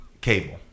cable